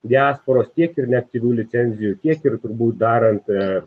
diasporos tiek ir neaktyvių licenzijų kiek ir turbūt darant